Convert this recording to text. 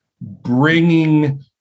bringing